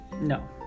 no